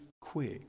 quick